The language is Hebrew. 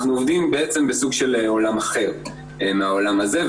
אנחנו עובדים בעצם בסוג של עולם אחר מהעולם הזה,